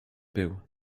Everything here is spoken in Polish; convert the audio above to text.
był